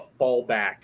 fallback